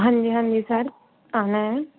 ਹਾਂਜੀ ਹਾਂਜੀ ਸਰ ਆਉਣਾ ਹੈ